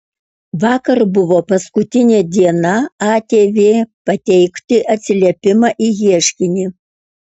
vakar buvo paskutinė diena atv pateikti atsiliepimą į ieškinį